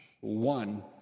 One